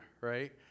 right